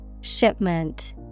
Shipment